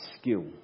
skill